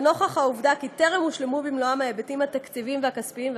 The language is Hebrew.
נוכח העובדה שטרם הושלמו במלואם ההיבטים התקציביים והכספיים,